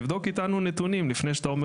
תבדוק איתנו נתונים לפני שאתה אומר